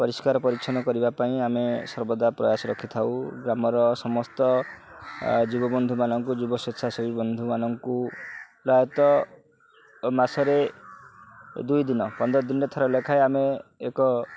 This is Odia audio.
ପରିଷ୍କାର ପରିଚ୍ଛନ୍ନ କରିବା ପାଇଁ ଆମେ ସର୍ବଦା ପ୍ରୟାସ ରଖିଥାଉ ଗ୍ରାମର ସମସ୍ତ ଯୁବବନ୍ଧୁମାନଙ୍କୁ ଯୁବ ସ୍ୱଚ୍ଛାସେବୀ ବନ୍ଧୁମାନଙ୍କୁ ପ୍ରାୟତଃ ମାସରେ ଦୁଇ ଦିନ ପନ୍ଦର ଦିନରେ ଥର ଲେଖାଏ ଆମେ ଏକ